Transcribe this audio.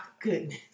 goodness